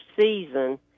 season